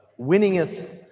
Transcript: winningest